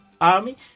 army